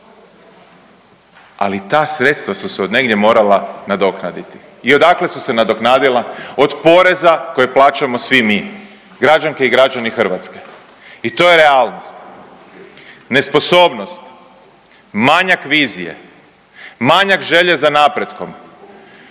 ali ta sredstva su se od negdje morala nadoknaditi. I odakle su se nadoknadila? Od poreza koje plaćamo svi mi, građanke i građani Hrvatske. I to je realnost. Nesposobnost, manjak vizije, manjak želje za napretkom